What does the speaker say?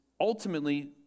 ultimately